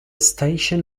station